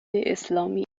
اسلامی